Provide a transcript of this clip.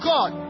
God